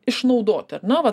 išnaudoti ar ne vat